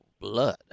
blood